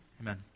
amen